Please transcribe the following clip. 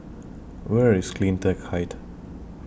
Where IS CleanTech Height